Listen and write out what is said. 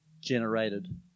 generated